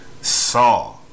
saw